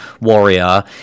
warrior